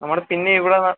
നമ്മൾ പിന്നെ ഇവിടെ